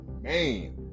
man